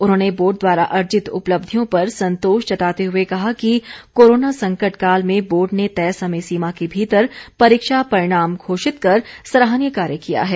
उन्होंने बोर्ड द्वारा अर्जित उपलब्धियों पर संतोष जताते हुए कहा कि कोरोना संकट काल में बोर्ड ने तय समय सीमा के भीतर परीक्षा परिणाम घोषित कर सराहनीय कार्य किया है